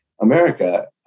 America